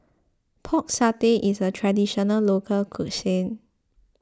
Pork Satay is a Traditional Local Cuisine